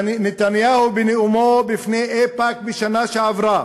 נתניהו בנאומו בפני איפא"ק בשנה שעברה